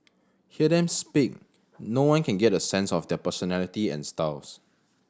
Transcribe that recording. hear them speak no one can get a sense of their personality and styles